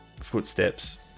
footsteps